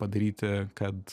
padaryti kad